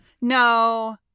No